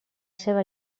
seva